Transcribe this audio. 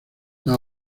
las